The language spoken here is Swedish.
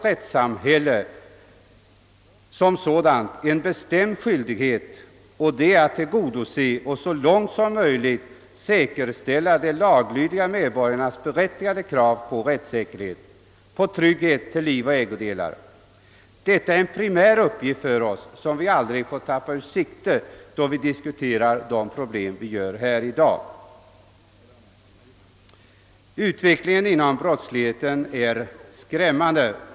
Rättssamhället som sådant har också en bestämd skyldighet att tillgodose och så långt möjligt säkerställa de laglydiga medborgarnas berättigade krav på rättssäkerhet och trygghet till liv och ägodelar. Detta är en primär uppgift som vi aldrig får tappa ur sikte då vi diskuterar de problem vi behandlar i dag. Utvecklingen på brottets område är skrämmande.